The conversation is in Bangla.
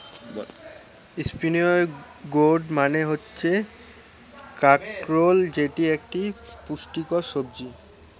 স্পিনই গোর্ড মানে হচ্ছে কাঁকরোল যেটি একটি পুষ্টিকর সবজি